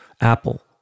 Apple